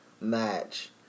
match